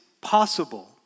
possible